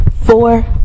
four